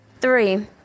Three